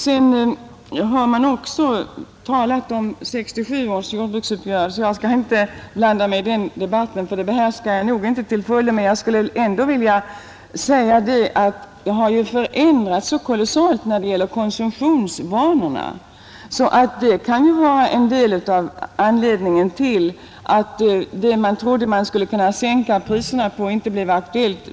Jag skall inte blanda mig i debatten om 1967 års jordbruksuppgörelse, för den frågan behärskar jag nog inte till fullo. Men jag vill ändå påminna om att konsumtionsvanorna har förändrats så kolossalt att det kan vara en del av anledningen till att prissänkningar som man trodde på inte har blivit aktuella.